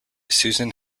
susan